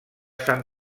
sant